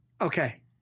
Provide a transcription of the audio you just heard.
Okay